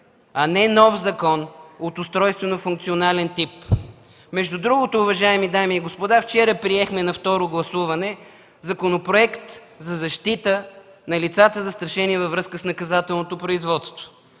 а не нов закон от устройствено-функционален тип. Между другото, уважаеми дами и господа, вчера приехме на второ гласуване Законопроект за защита на лицата, застрашени във връзка с наказателно производство.